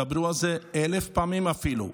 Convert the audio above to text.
דברו על זה אלף פעמים אפילו,